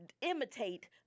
imitate